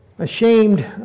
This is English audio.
Ashamed